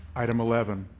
item eleven,